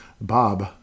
Bob